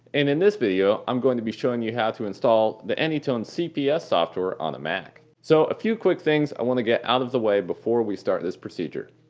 and in this video i'm going to be showing you how to install the anytone cps software on a mac. so a few quick things i want to get out of the way before we start this procedure.